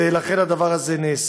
ולכן הדבר הזה נעשה.